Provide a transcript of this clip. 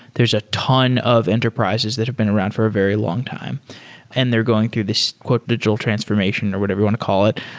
there's a ton of enterprises that have been around for a very long time and they're going through this digital transformation or whatever you want to call it.